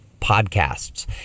podcasts